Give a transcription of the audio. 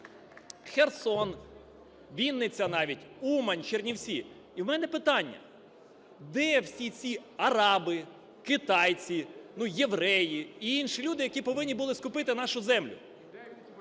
"Херсон", "Вінниця" навіть, "Умань", "Чернівці". І у мене питання: де ці всі араби, китайці, ну, євреї і інші люди, які повинні були скупити нашу землю?